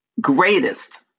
greatest